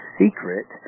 secret